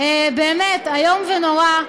באמת איום ונורא,